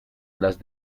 las